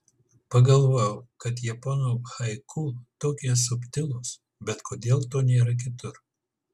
pagalvojau kad japonų haiku tokie subtilūs bet kodėl to nėra kitur